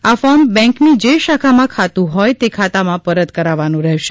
આ ફોર્મ બેંકની જે શાખામાં ખાતુ હોય તે ખાતામાં પરત કરાવવાનું રહેશે